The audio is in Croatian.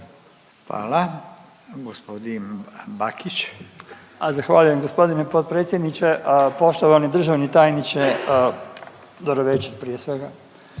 Damir (Možemo!)** A zahvaljujem gospodine potpredsjedniče. Poštovani državni tajniče, dobro veće prije svega.